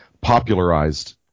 popularized